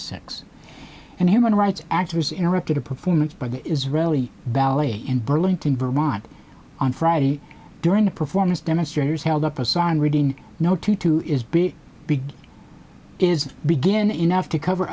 six and human rights activists interrupted a performance by the israeli ballet in burlington vermont on friday during a performance demonstrators held up a sign reading no tutu is big big is begin enough to cover